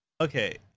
okay